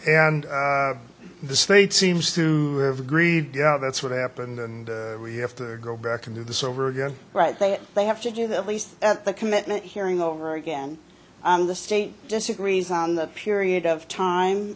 and the state seems to have agreed yeah that's what happened and we have to go back and do this over again right there they have to do that at least at the commitment hearing over again the state disagrees on the period of time